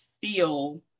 feel